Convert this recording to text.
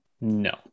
No